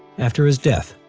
after his death,